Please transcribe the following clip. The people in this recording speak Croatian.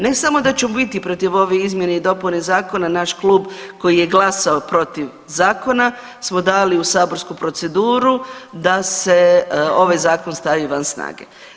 Ne samo da ću biti protiv ove izmjene i dopune zakona, naš klub koji je glasao protiv zakona smo dali u saborsku proceduru da se ovaj zakon stavi van snage.